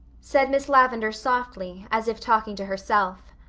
said miss lavendar softly, as if talking to herself.